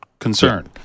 Concern